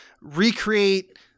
recreate